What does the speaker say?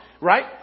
right